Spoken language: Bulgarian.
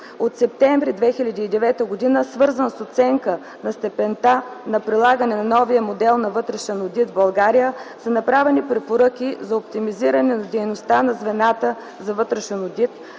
м. септември 2009 г., свързан с оценка на степента на прилагане на новия модел на вътрешен одит в България, са направени препоръки за оптимизиране на дейността на звената за вътрешен одит,